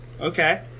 Okay